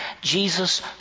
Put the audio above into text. Jesus